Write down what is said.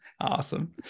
Awesome